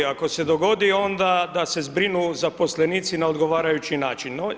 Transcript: Ako se dogodi, onda da se zbrinu zaposlenici na odgovarajući način.